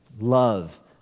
love